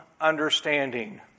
understanding